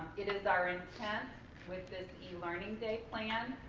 it is our intent with this e-learning day plan,